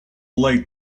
laid